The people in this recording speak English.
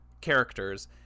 characters